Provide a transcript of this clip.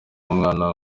umwana